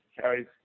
carries